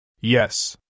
Yes